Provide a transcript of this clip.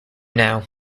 now